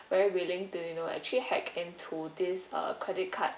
very willing to you know actually hack into this uh credit card